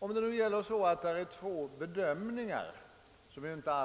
Men, å la bonne heure, låt oss anta att det finns två bedömningar på detta